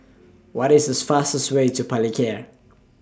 What IS The fastest Way to Palikir